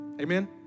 Amen